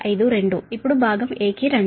52 ఇప్పుడు భాగం ఎ కి రండి